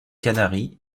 canaries